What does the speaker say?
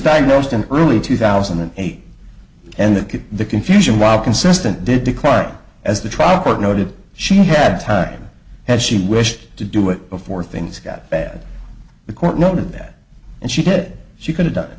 diagnosed in early two thousand and eight and that could the confusion while consistent did decline as the trial court noted she had time had she wished to do it before things got bad the court noted that and she said she could have done